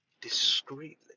discreetly